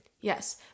Yes